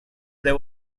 there